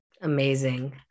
Amazing